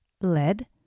Lead